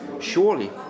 surely